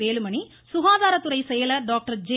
வேலுமணி சுகாதாரத்துறை செயலர் doctor J